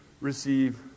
receive